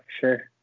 sure